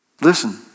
Listen